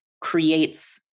creates